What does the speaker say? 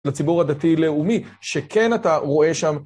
לציבור הדתי-לאומי, שכן אתה רואה שם.